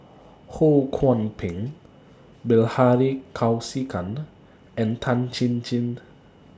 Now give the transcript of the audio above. Ho Kwon Ping Bilahari Kausikan and Tan Chin Chin